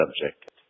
subject